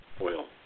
oil